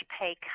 pay